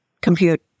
compute